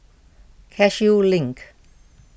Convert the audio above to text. Cashew Link